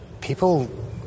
people